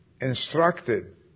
instructed